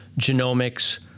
genomics